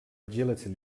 agility